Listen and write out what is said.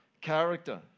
character